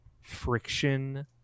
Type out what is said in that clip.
friction